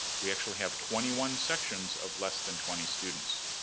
we actually have twenty one sections of less than twenty students.